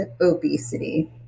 obesity